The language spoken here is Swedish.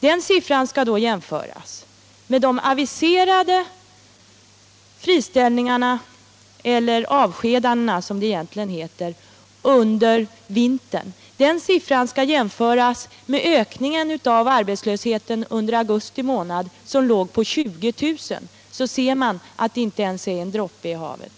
Den siffran skall då jämföras med de aviserade friställningarna — eller avskedandena, som det egentligen heter — under vintern och med ökningen av arbetslösheten under augusti månad, som uppgick till 20 000. Då ser man att det inte ens är en droppe i havet.